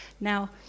Now